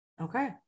Okay